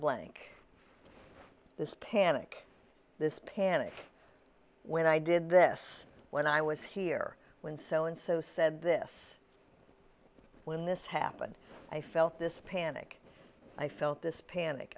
blank this panic this panic when i did this when i was here when so and so said this when this happened i felt this panic i felt this panic